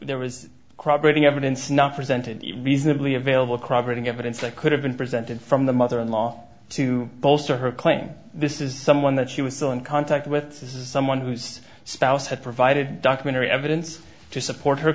there was a crowd reading evidence not presented reasonably available cropping evidence that could have been presented from the mother in law to bolster her claim this is someone that she was still in contact with this is someone whose spouse had provided documentary evidence to support her